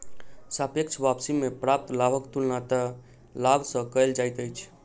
सापेक्ष वापसी में प्राप्त लाभक तुलना तय लाभ सॅ कएल जाइत अछि